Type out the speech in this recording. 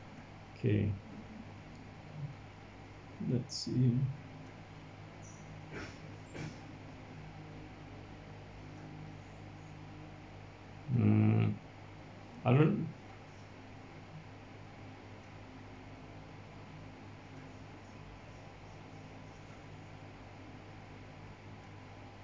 K let's see uh I don't